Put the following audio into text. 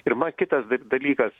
ir man kitas dar dalykas